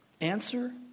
Answer